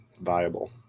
viable